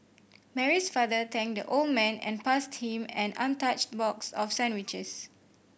Mary's father thanked the old man and passed him an untouched box of sandwiches